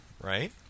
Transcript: right